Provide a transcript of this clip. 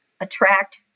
attract